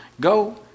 go